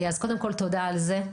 קודם כל תודה על זה.